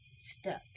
stuck